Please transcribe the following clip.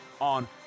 on